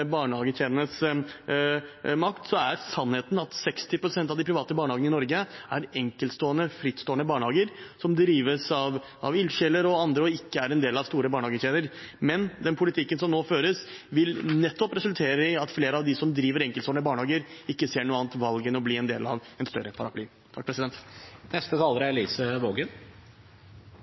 er sannheten at 60 pst. av de private barnehagene i Norge er enkeltstående, frittstående barnehager som drives av ildsjeler og andre, og de er ikke en del av store barnehagekjeder. Den politikken som nå føres, vil nettopp resultere i at flere av dem som driver enkeltstående barnehager, ikke ser noe annet valg enn å bli en del av en større paraply.